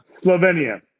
Slovenia